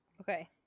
Okay